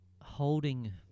holding